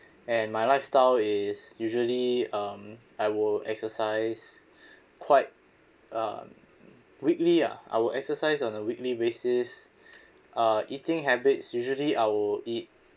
and my lifestyle is usually um I will exercise quite um weekly ah I will exercise on a weekly basis uh eating habits usually I will eat